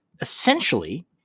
essentially